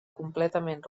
completament